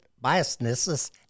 biases